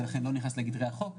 ולכן לא נכנס לגדרי החוק,